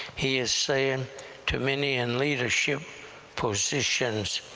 he is saying to many in leadership positions,